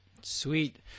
Sweet